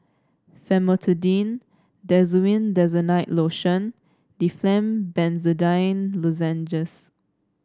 Famotidine Desowen Desonide Lotion Difflam Benzydamine Lozenges